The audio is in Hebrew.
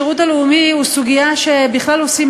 השירות הלאומי הוא סוגיה שבכלל עושים